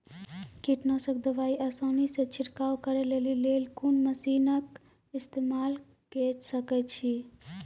कीटनासक दवाई आसानीसॅ छिड़काव करै लेली लेल कून मसीनऽक इस्तेमाल के सकै छी?